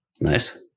Nice